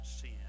sin